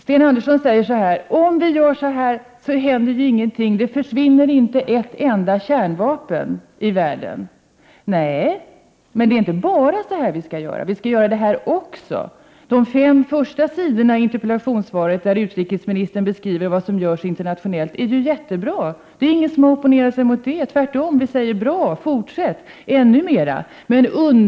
Sten Andersson säger att om vi gör så här händer ingenting och det försvinner inte ett enda kärnvapen i världen. Nej, men det är inte bara det här vi skall göra. Vi skall göra det här också. De fem första sidorna i det skrivna interpellationssvaret — där utrikesministern beskriver vad som görs internationellt — är ju mycket bra. Det är ingen som har opponerat sig mot det. Tvärtom — vi säger bra, fortsätt, ännu mera.